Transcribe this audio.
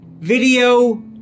video